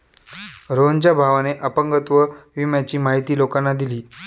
रोहनच्या भावाने अपंगत्व विम्याची माहिती लोकांना दिली